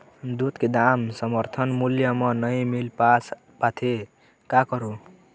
दूध के दाम समर्थन मूल्य म नई मील पास पाथे, का करों?